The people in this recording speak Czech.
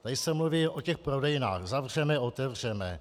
Tady se mluví o těch prodejnách: zavřeme, otevřeme.